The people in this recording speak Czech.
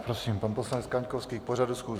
Prosím, pan poslanec Kaňkovský k pořadu schůze.